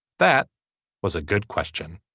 that was a good question.